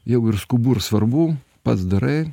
jeigu ir skubu ir svarbu pats darai